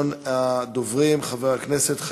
הצעות לסדר-היום מס' 1517